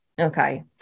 Okay